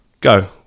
Go